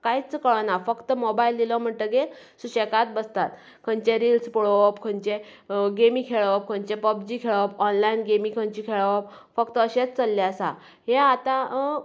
कांयच कळना फक्त मोबायल दिलो म्हणटगीर सुशेगात बसतात खंयचे रिल्स पळोवप खंयचे गेमी खेळप खंयचे पबजी खेळप ऑनलायन गेमी खंयचे खेळप फक्त अशेंच चल्लें आसा हें आता